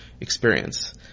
experience